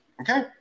Okay